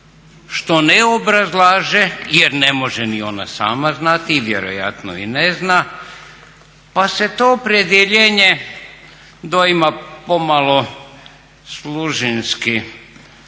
što ne obrazlaže jer ne može ni ona sama znati i vjerojatno i ne zna pa se to opredjeljenje doima pomalo služinski